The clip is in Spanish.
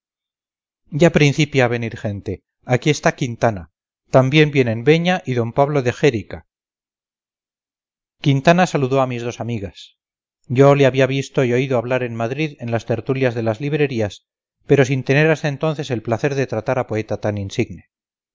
ya principia a venir gente aquí está quintana también vienen beña y d pablo de xérica quintana saludó a mis dos amigas yo le había visto y oído hablar en madrid en las tertulias de las librerías pero sin tener hasta entonces el placer de tratar a poeta tan insigne